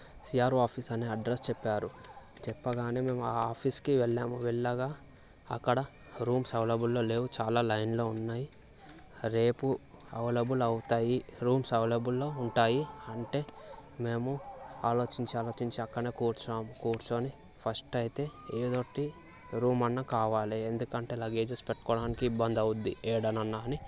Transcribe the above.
CRO office అని address చెప్పారు చెప్పగానే మేము ఆ ఆఫీసుకి వెళ్ళాము వెళ్ళగా అక్కడ రూమ్స్ అవైలబుల్లో లేవు చాలా లైన్లు ఉన్నాయి రేపు అవైలబుల్ అవుతాయి రూమ్స్ అవైలబుల్లో ఉంటాయి అంటే మేము ఆలోచించి ఆలోచించి అక్కడనే కూర్చున్నాము కూర్చొని ఫస్ట్ అయితే ఏదో ఒకటి రూమ్ అన్నా కావాలి ఎందుకంటే లగేజెస్ పెట్టుకోవడానికి ఇబ్బంది అవుతుంది ఏడనన్నా అని